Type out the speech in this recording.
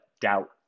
doubt